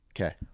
Okay